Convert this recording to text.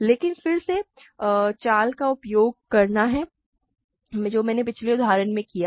लेकिन फिर से चाल का उपयोग करना है जो मैंने पिछले उदाहरण में किया है